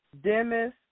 Demis